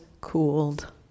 cooled